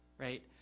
Right